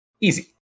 Easy